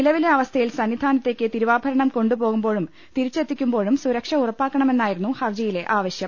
നില്വിലെ അവസ്ഥയിൽ സന്നിധാനത്തേക്ക് തിരുവാഭ രണം കൊണ്ടുപോകുമ്പോഴും തിരിച്ചെത്തിക്കുമ്പോഴും സുരക്ഷ ഉറപ്പാക്കണമെന്നായിരുന്നു ഹർജിയിലെ ആവശ്യം